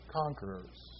conquerors